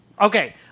Okay